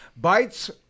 Byte's